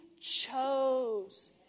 chose